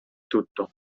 tutto